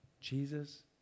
Jesus